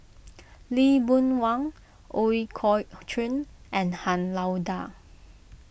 Lee Boon Wang Ooi Kok Chuen and Han Lao Da